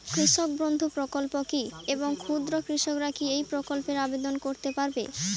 কৃষক বন্ধু প্রকল্প কী এবং ক্ষুদ্র কৃষকেরা কী এই প্রকল্পে আবেদন করতে পারবে?